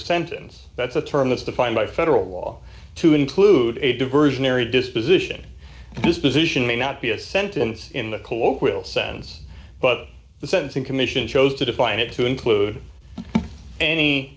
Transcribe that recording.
sentence that's a term that's defined by federal law to include a diversionary disposition disposition may not be a sentence in the colloquial sense but the sentencing commission chose to define it to include any